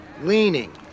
leaning